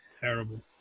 Terrible